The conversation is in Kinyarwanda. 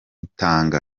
dukorana